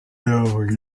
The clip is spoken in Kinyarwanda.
navuga